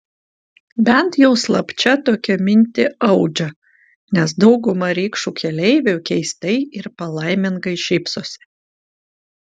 bent jau slapčia tokią mintį audžia nes dauguma rikšų keleivių keistai ir palaimingai šypsosi